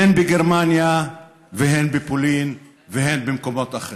הן בגרמניה והן בפולין והן במקומות אחרים.